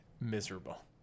miserable